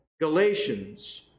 Galatians